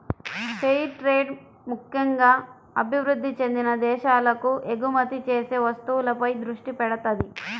fair trade ముక్కెంగా అభివృద్ధి చెందిన దేశాలకు ఎగుమతి చేసే వస్తువులపై దృష్టి పెడతది